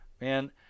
man